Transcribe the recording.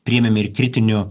priėmėme ir kritinių